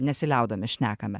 nesiliaudami šnekame